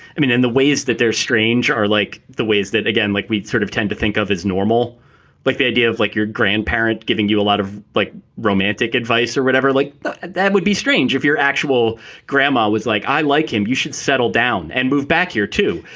i mean in the ways that they're strange are like the ways that again, like we'd sort of tend to think of as normal like the idea of like your grandparents giving you a lot of romantic romantic advice or whatever, like that would be strange if your actual grandma was like, i like him, you should settle down and move back here, too.